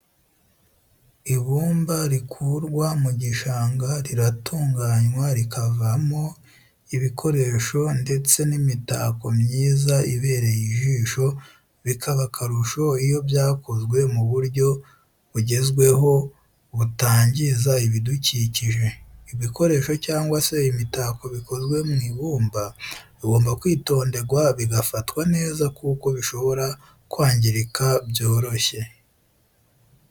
Ibumba rikurwa mu gishanga riratunganywa rikavamo ibikoresho ndetse n'imitako myiza ibereye ijisho bikaba akarusho iyo byakozwe mu buryo bugezweho butangiza ibidukikije. ibikoresho cyangwa se imitako bikozwe mu ibumba bigomba kwitonderwa bigafatwa neza kuko bishobora kwangirika byoroshye.